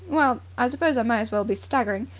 well, i suppose i may as well be staggering.